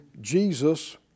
Jesus